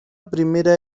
primera